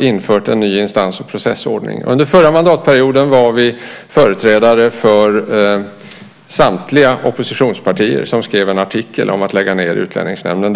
infört en ny instans och processordning. Under förra mandatperioden skrev företrädare för samtliga oppositionspartier en artikel om att lägga ned Utlänningsnämnden.